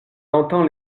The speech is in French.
entend